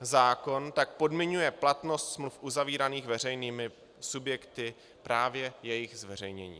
Zákon tak podmiňuje platnost smluv uzavíraných veřejnými subjekty právě jejich zveřejněním.